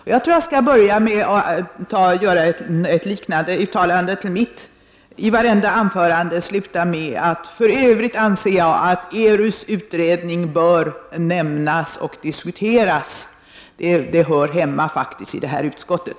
Jag tror att jag skall börja med att göra ett liknande uttalande och avsluta mina anföranden med: För övrigt anser jag att ERUs utredning bör nämnas och diskuteras. Den hör faktiskt hemma i det här utskottet.